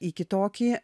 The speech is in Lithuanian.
į kitokį